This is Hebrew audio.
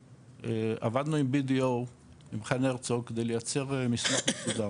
עבדנו עם BDO מבחן הרצוג כדי לייצר מסמך מסודר,